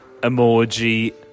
emoji